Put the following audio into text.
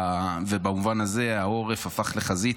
ובמובן הזה העורף הפך לחזית,